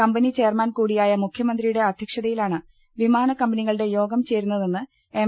company ചെയർമാൻകൂടിയായ മുഖ്യമന്ത്രിയുടെ അധ്യക്ഷതയിലാണ് വിമാ നക്കമ്പനികളുടെ യോഗം ചേരുന്നതെന്ന് എം